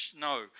No